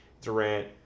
Durant